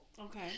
Okay